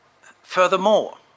Furthermore